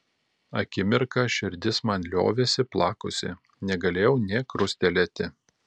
akimirką širdis man liovėsi plakusi negalėjau nė krustelėti